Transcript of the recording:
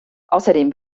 außerdem